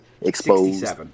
exposed